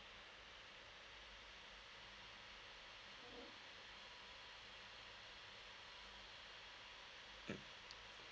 mm